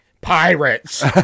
Pirates